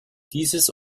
dieses